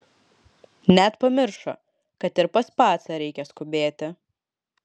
net pamiršo kad ir pas pacą reikia skubėti